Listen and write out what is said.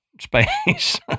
space